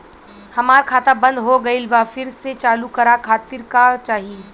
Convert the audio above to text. हमार खाता बंद हो गइल बा फिर से चालू करा खातिर का चाही?